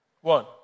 One